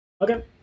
Okay